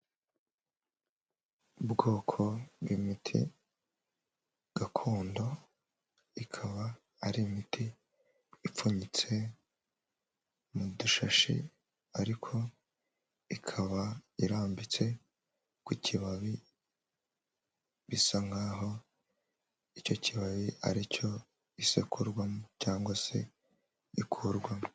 Ubwoko bw'imiti gakondo ikaba ari imiti ipfunyitse mu dushashi ariko ikaba irambitse ku kibabi bisa nkaho icyo kibaya ari cyo isekurwamo cyangwa se ikurwamo.